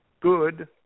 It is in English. Good